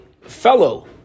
fellow